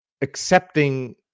accepting